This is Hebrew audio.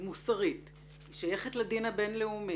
היא מוסרית, היא שייכת לדין הבין-לאומי,